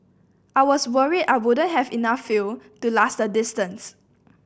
I was worried I wouldn't have enough fuel to last the distance